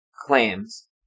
claims